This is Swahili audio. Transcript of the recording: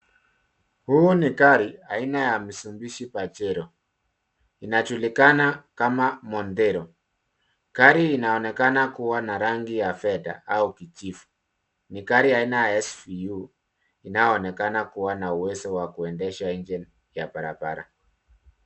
Huu ni gari aina ya mistubishi pajero . Inajulikana kama montero . Gari inaonekane kuwa na rangi ya fedha au kijivu. Ni gari aina ya svu inayonekana kuwa na uwezo wa kuendesha nje ya barabara.